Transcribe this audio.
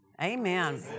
Amen